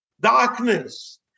darkness